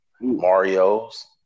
Mario's